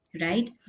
right